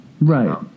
Right